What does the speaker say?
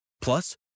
Plus